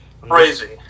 Crazy